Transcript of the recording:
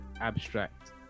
abstract